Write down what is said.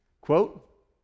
quote